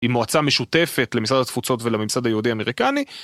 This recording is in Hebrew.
עם מועצה משותפת למשרד התפוצות ולממסד היהודי אמריקני